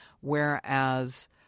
whereas